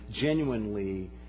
genuinely